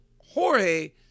Jorge